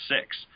six